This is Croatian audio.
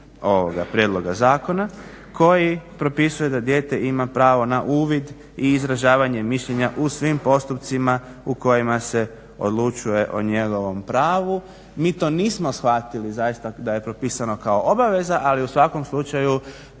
prijedloga zakona koji propisuje da dijete ima pravo na uvid i izražavanje mišljenja u svim postupcima u kojima se odlučuje o njegovom pravu. Mi to nismo shvatili zaista da je propisano kao obaveza ali u svakom slučaju